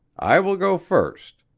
i will go first.